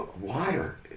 water